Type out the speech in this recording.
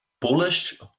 bullish